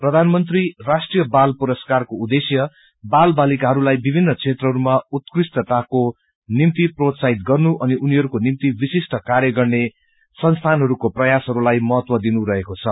प्रधानमंत्री राष्ट्रिय बाल पुरसकरको उद्देश्य बाल बालिकाहरूलाई विभिन्न क्षेत्रहरूमा उत्कृष्टताको निम्ति प्रोत्साहित गर्नु अनि उनीहक्रूको निम्ति विशिष्ट कार्य गर्ने संसीनहरूको प्रयासहरूलाई महतव दिनु रहेको छ